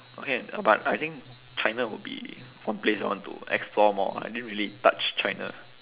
okay but I think china would be one place I want to explore more I didn't really touch china